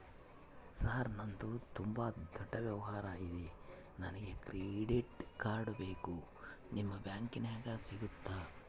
Sir ನಂದು ತುಂಬಾ ದೊಡ್ಡ ವ್ಯವಹಾರ ಇದೆ ನನಗೆ ಕ್ರೆಡಿಟ್ ಕಾರ್ಡ್ ಬೇಕು ನಿಮ್ಮ ಬ್ಯಾಂಕಿನ್ಯಾಗ ಸಿಗುತ್ತಾ?